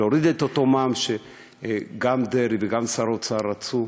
להוריד את אותו מע"מ שגם דרעי וגם שר האוצר רצו,